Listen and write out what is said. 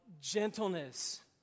gentleness